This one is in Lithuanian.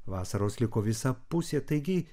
vasaros liko visa pusė taigi